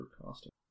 costing